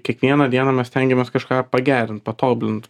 kiekvieną dieną mes stengiamės kažką pagerint patobulint